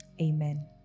amen